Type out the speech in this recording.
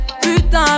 Putain